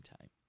time